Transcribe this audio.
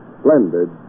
splendid